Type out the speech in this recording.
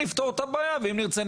נפתור את הבעיה ואם נרצה,